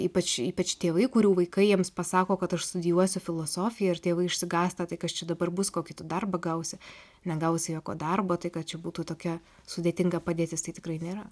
ypač ypač tėvai kurių vaikai jiems pasako kad aš studijuosiu filosofiją ir tėvai išsigąsta tai kas čia dabar bus kokį darbą gausi negausi jokio darbo tai kad čia būtų tokia sudėtinga padėtis tai tikrai nėra